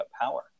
power